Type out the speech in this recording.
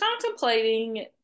contemplating